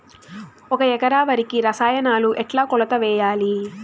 ఒక ఎకరా వరికి రసాయనాలు ఎట్లా కొలత వేయాలి?